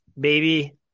baby